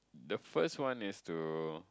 the first one is to